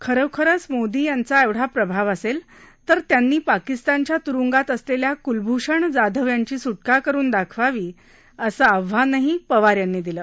खरोखरच मोदी यांचा एवढा प्रभाव असेल तर त्यांनी पाकिस्तानच्या तुरुंगात असलेल्या कुलभूषण यांची सुटका करून दाखवावी असं आव्हानही यावेळी पवार यांनी दिलं